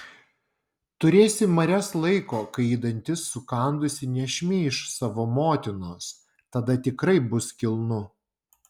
turėsi marias laiko kai ji dantis sukandusi nešmeiš savo motinos tada tikrai bus kilnu